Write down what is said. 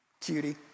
Cutie